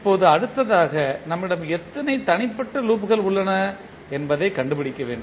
இப்போது அடுத்ததாக நம்மிடம் எத்தனை தனிப்பட்ட லூப்கள் உள்ளன என்பதைக் கண்டுபிடிக்க வேண்டும்